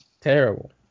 Terrible